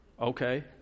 Okay